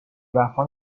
وفا